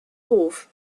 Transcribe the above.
hof